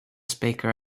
speaker